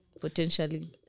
potentially